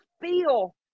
feel